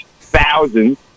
thousands